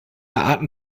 arten